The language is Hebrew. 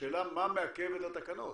השאלה מה מעכב את התקנות.